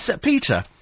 Peter